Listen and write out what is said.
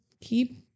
keep